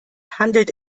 handelt